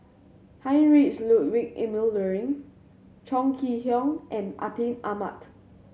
Heinrich Ludwig Emil Luering Chong Kee Hiong and Atin Amat